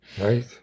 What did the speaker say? right